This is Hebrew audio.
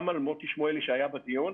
גם על מוטי שמואלי שהיה בדיון,